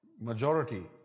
majority